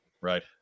Right